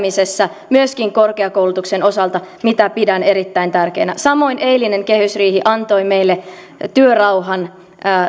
etunojaa kehittämisessä myöskin korkeakoulutuksen osalta mitä pidän erittäin tärkeänä samoin eilinen kehysriihi antoi meille työrauhan